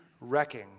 wrecking